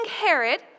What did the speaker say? Herod